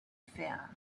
fear